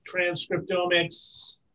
transcriptomics